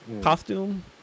costume